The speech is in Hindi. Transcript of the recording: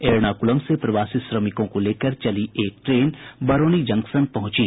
एर्नाकुलम से प्रवासी श्रमिकों को लेकर चली एक ट्रेन बरौनी जंक्शन पहुंची